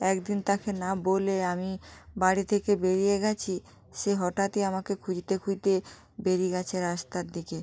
এক দিন তাকে না বলে আমি বাড়ি থেকে বেরিয়ে গিয়েছি সে হঠাৎই আমাকে খুঁজতে খুঁজতে বেরিয়ে গিয়েছে রাস্তার দিকে